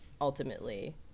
ultimately